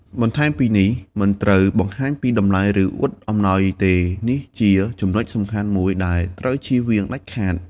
បន្ថែមពីនេះ មិនត្រូវបង្ហាញពីតម្លៃ ឬអួតអំណោយទេ នេះជាចំណុចសំខាន់មួយដែលត្រូវជៀសវាងដាច់ខាត។